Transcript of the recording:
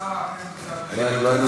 לא היינו